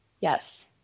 Yes